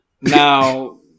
Now